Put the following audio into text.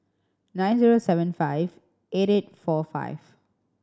nine zero seven five eight eight four five